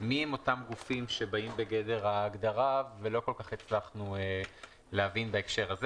מיהם אותם גופים שבאים בגדר ההגדרה ולא כל כך הצלחנו להבין בהקשר הזה.